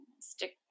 stick